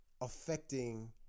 affecting